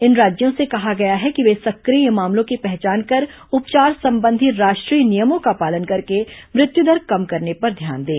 इन राज्यों से कहा गया है कि वे सक्रिय मामलों की पहचान कर उपचार संबंधी राष्ट्रीय नियमों का पालन करके मुत्युदर कम करने पर ध्यान दें